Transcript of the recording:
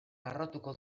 harrotuko